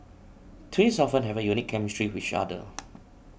twins often have a unique chemistry with each other